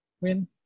win